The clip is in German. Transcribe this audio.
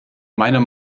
meiner